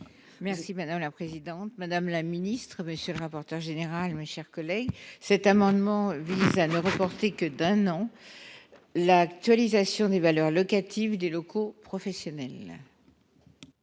Merci madame la présidente, madame la ministre, monsieur le rapporteur général, mes chers collègues, cet amendement vise à ne reporter que d'un an, l'actualisation des valeurs locatives des locaux professionnels.